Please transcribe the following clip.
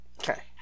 Okay